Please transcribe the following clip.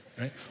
right